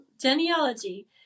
genealogy